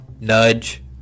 nudge